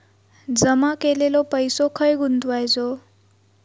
जमा केलेलो पैसो खय गुंतवायचो?